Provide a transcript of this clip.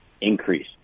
increase